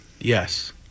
Yes